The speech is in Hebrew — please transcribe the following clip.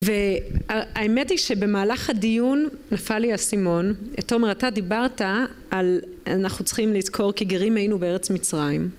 והאמת היא שבמהלך הדיון נפל לי אסימון, תומר אתה דיברת על אנחנו צריכים לזכור כי גרים היינו בארץ מצרים